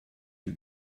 you